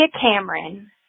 Cameron